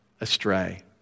astray